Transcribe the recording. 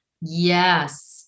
Yes